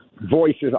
voices